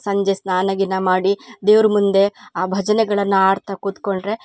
ಸಂಜೆ ಸ್ನಾನ ಗೀನ ಮಾಡಿ ದೇವರು ಮುಂದೆ ಆ ಭಜನೆಗಳನ್ನು ಹಾಡ್ತ ಕುತ್ಕೊಂಡರೆ